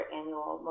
annual